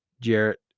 Jarrett